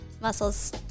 muscles